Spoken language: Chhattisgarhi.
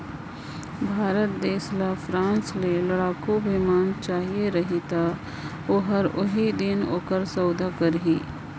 भारत देस ल फ्रांस ले लड़ाकू बिमान चाहिए रही ता ओहर ओही दिन ओकर सउदा करही